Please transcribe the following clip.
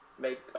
make